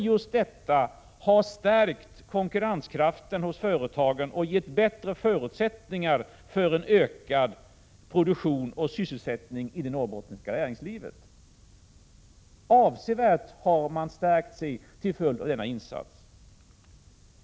Just detta har stärkt konkurrenskraften hos företagen och gett bättre förutsättningar för en ökad produktion och sysselsättning inom det norrbottniska näringslivet. Man har stärkts avsevärt till följd av dessa insatser.